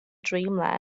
dreamland